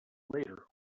later